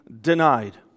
denied